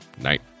Night